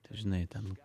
tai žinai ten